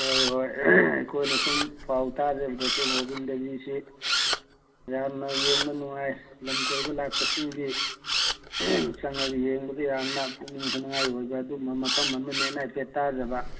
ꯍꯣꯏ ꯍꯣꯏ ꯑꯩꯈꯣꯏꯅ ꯁꯨꯝ ꯄꯥꯎ ꯇꯥꯖꯕꯗꯁꯨ ꯒꯣꯕꯤꯟꯗꯖꯤꯁꯤ ꯌꯥꯝꯅ ꯌꯦꯡꯕ ꯅꯨꯡꯉꯥꯏ ꯂꯝ ꯀꯣꯏꯕ ꯂꯥꯛꯄꯁꯤꯡꯒꯤ ꯆꯪꯂꯒ ꯌꯦꯡꯕꯗ ꯌꯥꯝꯅ ꯄꯨꯛꯅꯤꯡ ꯍꯨꯅꯤꯡꯉꯥꯏ ꯑꯣꯏꯕ ꯑꯗꯨꯒꯨꯝꯕ ꯃꯐꯝ ꯑꯃꯅꯤ ꯍꯥꯏꯐꯦꯠ ꯇꯥꯖꯕ